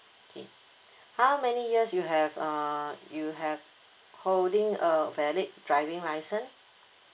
okay how many years you have uh you have holding a valid driving license